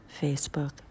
Facebook